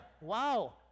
Wow